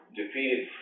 defeated